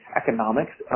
economics